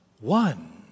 one